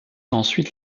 ensuite